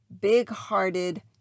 big-hearted